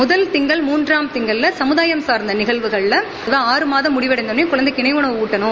முதல் திங்கள் மூன்றாம் திங்கள தமுதாயம் சார்ந்த நிகழ்வுகள்ல முதல் ஆறு மாதம் முடிந்தவுடன் குழந்தைக்கு இணை உணவு ஊட்டனும்